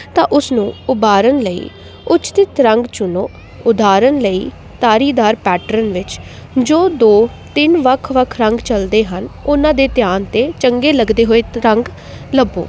ਤਾਂ ਉਸਨੂੰ ਉਭਾਰਨ ਲਈ ਉਚਿਤ ਰੰਗ ਚੁਣੋ ਉਦਾਹਰਣ ਲਈ ਧਾਰੀਦਾਰ ਪੈਟਰਨ ਵਿੱਚ ਜੋ ਦੋ ਤਿੰਨ ਵੱਖ ਵੱਖ ਰੰਗ ਚਲਦੇ ਹਨ ਉਹਨਾਂ ਦੇ ਧਿਆਨ 'ਤੇ ਚੰਗੇ ਲੱਗਦੇ ਹੋਏ ਰੰਗ ਲੱਭੋ